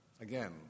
Again